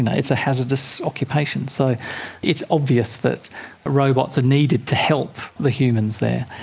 and it's a hazardous occupation. so it's obvious that robots are needed to help the humans there.